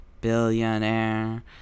billionaire